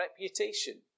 reputation